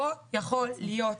לא יכול להיות.